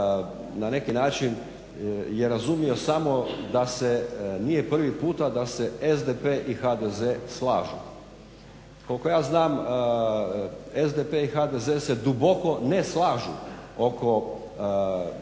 na neki način je razumio samo da se nije prvi puta da se SDP i HDZ slažu. Koliko ja znam SDP i HDZ se duboko ne slažu oko jako